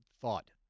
Thought